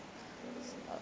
uh